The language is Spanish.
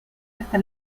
hasta